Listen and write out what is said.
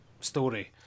story